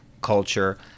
culture